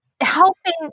Helping